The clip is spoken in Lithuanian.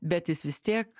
bet jis vis tiek